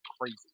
crazy